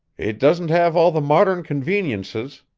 it doesn't have all the modern conveniences,